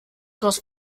goss